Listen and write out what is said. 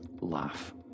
laugh